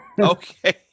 Okay